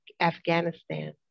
Afghanistan